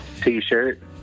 T-shirt